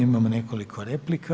Imamo nekoliko replika.